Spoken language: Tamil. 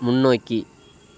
முன்னோக்கி